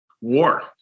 war